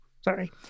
sorry